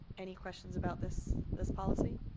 any questions about this this policy?